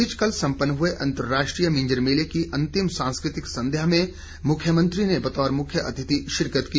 इस बीच कल सम्पन्न हुए अंतराष्ट्रीय मिंजर मेले की अंतिम सांस्कृतिक संध्या में भी मुख्यमंत्री ने बतौर मुख्य अतिथि शिरकत की